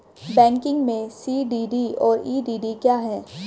Banking में CDD और EDD क्या हैं?